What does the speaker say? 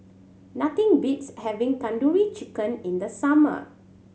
nothing beats having Tandoori Chicken in the summer